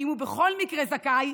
אם הוא בכל מקרה זכאי,